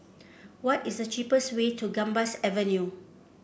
what is the cheapest way to Gambas Avenue